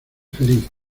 feliz